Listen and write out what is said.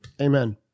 Amen